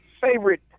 favorite